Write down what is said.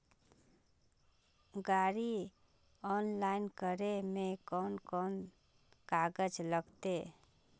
गाड़ी ऑनलाइन करे में कौन कौन कागज लगते?